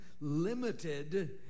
limited